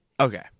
Okay